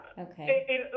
Okay